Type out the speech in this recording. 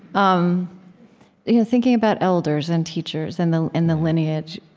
um you know thinking about elders and teachers and the and the lineage.